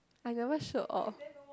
I never sort of